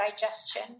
digestion